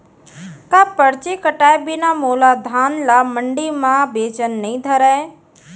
का परची कटाय बिना मोला धान ल मंडी म बेचन नई धरय?